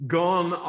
gone